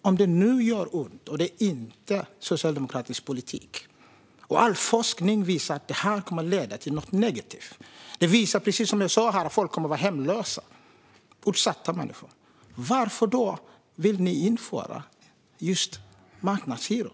Om det nu gör ont och det inte är socialdemokratisk politik och om all forskning visar att det kommer att leda till något negativt, till att utsatta människor kommer att bli hemlösa, varför vill ni då införa just marknadshyror?